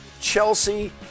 Chelsea